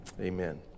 amen